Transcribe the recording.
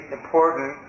important